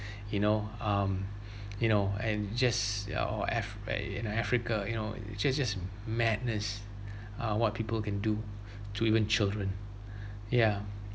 you know um you know and just uh or afri~ in africa you know it just just madness uh what people can do to even children ya